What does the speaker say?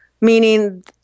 meaning